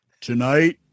Tonight